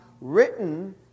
written